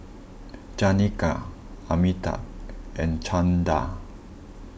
Janaki Amitabh and Chanda